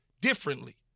differently